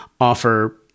offer